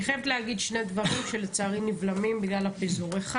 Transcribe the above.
אני חייבת להגיד שני דברים שלצערי נבלמים בגלל הפיזור: א',